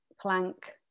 plank